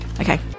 Okay